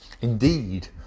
Indeed